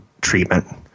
treatment